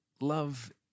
love